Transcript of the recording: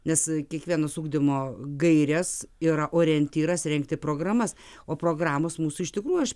nes kiekvienas ugdymo gaires yra orientyras rengti programas o programos mūsų iš tikrųjų aš